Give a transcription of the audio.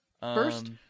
First